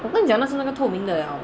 我跟你讲的是那个透明的了